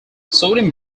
sodium